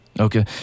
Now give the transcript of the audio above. Okay